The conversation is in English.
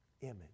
image